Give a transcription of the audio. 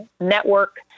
network